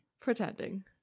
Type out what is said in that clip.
pretending